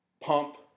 Pump